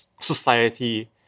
society